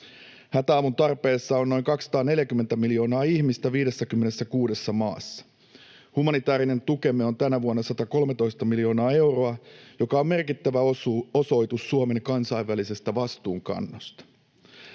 Hätäavun tarpeessa on noin 240 miljoonaa ihmistä 56 maassa. Humanitäärinen tukemme on tänä vuonna 113 miljoonaa euroa, joka on merkittävä osoitus Suomen kansainvälisestä vastuunkannosta.